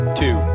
two